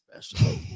special